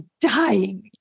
dying